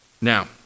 Now